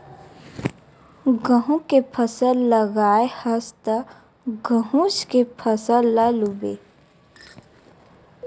गहूँ के फसल लगाए हस त गहूँच के फसल ल लूबे